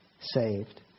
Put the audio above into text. saved